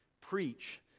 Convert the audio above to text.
preach